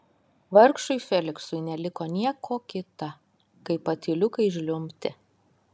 vargšui feliksui neliko nieko kita kaip patyliukais žliumbti